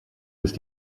ist